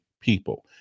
people